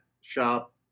shop